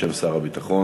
בשם שר הביטחון.